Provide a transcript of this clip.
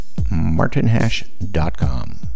martinhash.com